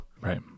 Right